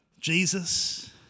Jesus